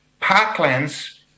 parklands